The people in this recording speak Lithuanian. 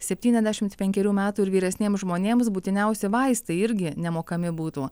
septyniasdešimt penkerių metų ir vyresniems žmonėms būtiniausi vaistai irgi nemokami būtų